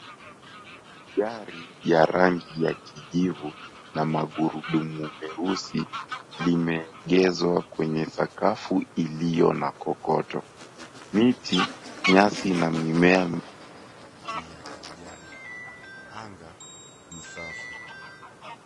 Gari ya rangi ya kijivu na magurudumu meusi limeegeshwa kwenye sakafu iliyo na kokoto. Miti, nyasi na mimea ya kijani. Anga ni safi.